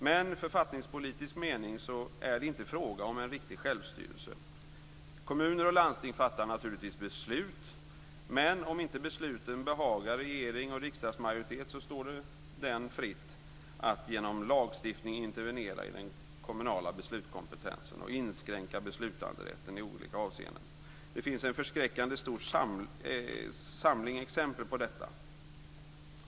Men i författningspolitisk mening är det inte fråga om en riktig självstyrelse. Kommuner och landsting fattar naturligtvis beslut. Men om besluten inte behagar regering och riksdagsmajoritet står det dem fritt att genom lagstiftning intervenera i den kommunala beslutskompetensen och inskränka beslutanderätten i olika avseenden. Det finns en förskräckande stor samling exempel på detta.